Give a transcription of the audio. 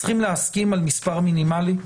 צריכים להסכים על מספר מינימלי.